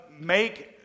make